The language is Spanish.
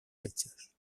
hechos